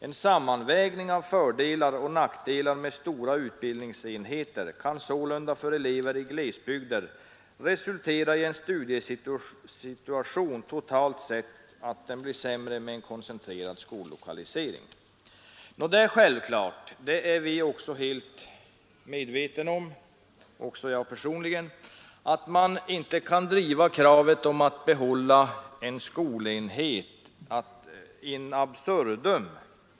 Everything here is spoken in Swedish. En sammanvägning av fördelar och nackdelar med stora utbildningsenheter kan sålunda för elever i glesbygder resultera i att studiesituationen totalt sett blir sämre med en koncentrerad skollokalisering.” Det är självklart, det är vi också medvetna om — även jag själv — att man inte in absurdum kan driva krav om att få behålla nedläggningshotade skolor.